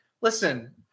listen